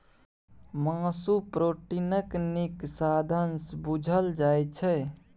मासु प्रोटीनक नीक साधंश बुझल जाइ छै